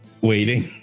waiting